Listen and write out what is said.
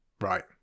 Right